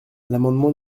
l’amendement